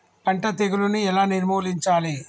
పంట తెగులుని ఎలా నిర్మూలించాలి?